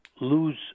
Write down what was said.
lose